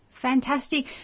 Fantastic